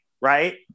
right